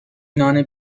نان